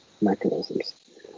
mechanisms